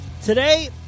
Today